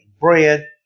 bread